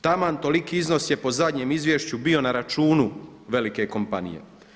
Taman toliki iznos je po zadnjem izvješću bio na računu velike kompanije.